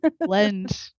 blend